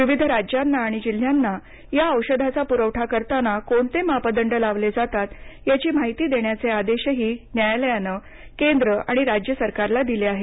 विविध राज्यांना आणि जिल्ह्यांना या औषधाचा पुरवठा करताना कोणते मापदंड लावले जातात याची माहिती देण्याचे आदेशही न्यायालयानं केंद्र आणि राज्य सरकारला दिले आहेत